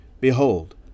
Behold